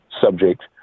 subject